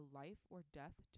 life-or-death